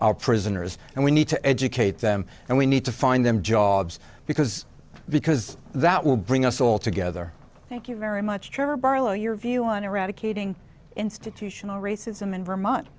our prisoners and we need to educate them and we need to find them jobs because because that will bring us all together thank you very much barlow your view on eradicating institutional racism in vermont